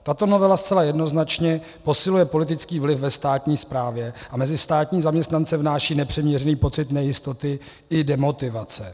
Tato novela zcela jednoznačně posiluje politický vliv ve státní správě a mezi státní zaměstnance vnáší nepřiměřený pocit nejistoty i demotivace.